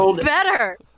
better